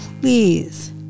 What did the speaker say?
please